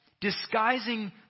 disguising